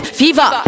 fever